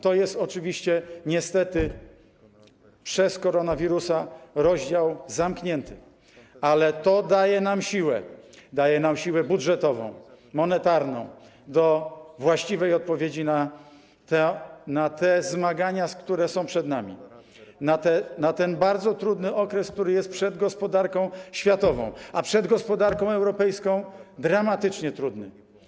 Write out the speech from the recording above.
To jest niestety przez koronawirusa rozdział zamknięty, ale to daje nam siłę, siłę budżetową, monetarną do właściwej odpowiedzi na te zmagania, które są przed nami, na ten bardzo trudny okres, który jest przed gospodarką światową, a przed gospodarką europejską dramatycznie trudny.